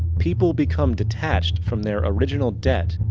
people become detached from their original debt.